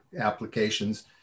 applications